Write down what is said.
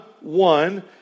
one